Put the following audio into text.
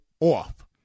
off